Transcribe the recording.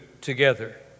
together